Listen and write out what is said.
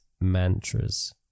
mantras